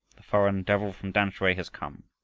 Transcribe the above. the foreign devil from tamsui has come!